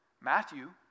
Matthew